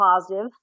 positive